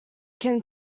can